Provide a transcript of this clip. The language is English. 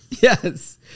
Yes